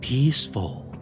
Peaceful